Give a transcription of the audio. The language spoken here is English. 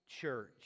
church